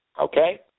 okay